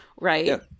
right